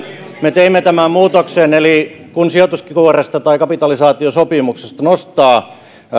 me teimme tämän muutoksen eli kun sijoituskuoresta tai kapitalisaatiosopimuksesta nostaa